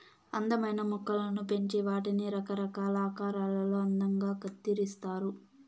అందమైన మొక్కలను పెంచి వాటిని రకరకాల ఆకారాలలో అందంగా కత్తిరిస్తారు